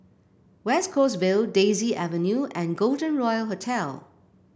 West Coast Vale Daisy Avenue and Golden Royal Hotel